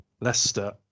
Leicester